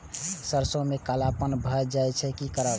सरसों में कालापन भाय जाय इ कि करब?